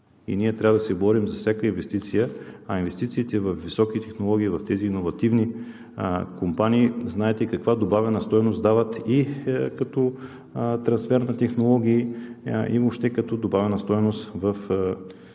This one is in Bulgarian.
и ние трябва да се борим за всяка инвестиции, а инвестициите във високите технологии, в тези иновативни компании, знаете каква добавена стойност дават – и като трансфер на технологии, и въобще като добавена стойност в брутния